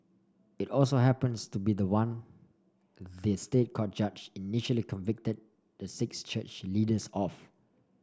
it also happens to be the one the State Court judge initially convicted the six church leaders of